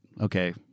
okay